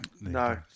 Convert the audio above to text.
No